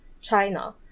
China